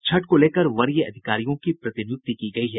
छठ को लेकर वरीय अधिकारियों की प्रतिनियुक्ति की गयी है